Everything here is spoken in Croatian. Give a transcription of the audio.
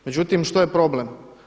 Međutim što je problem?